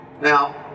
now